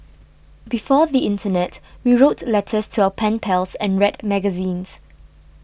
before the internet we wrote letters to our pen pals and read magazines